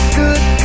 good